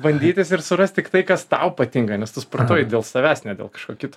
bandytis ir surast tik tai kas tau patinka nes tu sportuoji dėl savęs ne dėl kažko kito